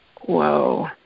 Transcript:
whoa